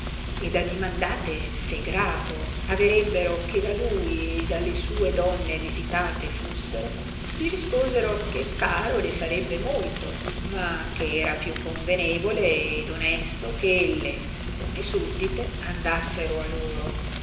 ed addimandate se grato averebbono che da lui e dalle sue donne visitate fussero gli risposero che caro le sarebbe molto ma che era più convenevole ed onesto ch'elle come suddite andassero a loro